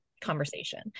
conversation